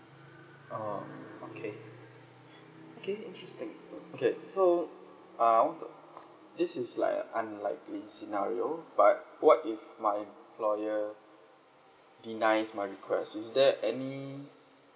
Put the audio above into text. orh okay okay interesting okay so uh I want to this is like a unlikely scenario but what if my employer denies my request is there any